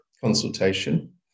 consultation